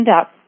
up